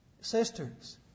sisters